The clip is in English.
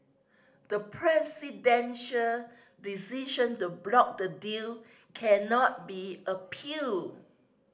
the presidential decision to block the deal cannot be appeal